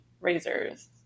razors